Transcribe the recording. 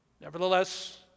Nevertheless